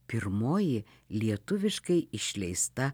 pirmoji lietuviškai išleista